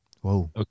Whoa